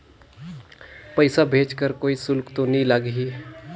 पइसा भेज कर कोई शुल्क तो नी लगही?